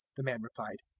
the man replied,